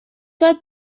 led